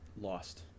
lost